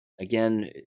Again